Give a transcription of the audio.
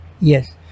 Yes